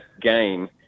game